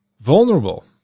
vulnerable